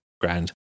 Grand